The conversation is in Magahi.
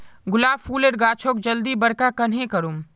गुलाब फूलेर गाछोक जल्दी बड़का कन्हे करूम?